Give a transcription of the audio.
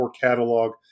catalog